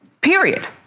Period